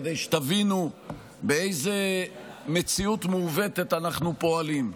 כדי שתבינו באיזו מציאות מעוותת אנחנו פועלים,